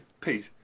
peace